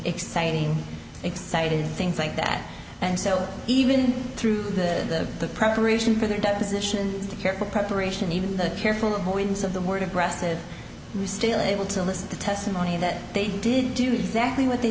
exciting excited things like that and so even through the preparation for the deposition careful preparation even the careful avoidance of the word aggressive we're still able to listen to testimony that they did do exactly what they